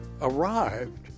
arrived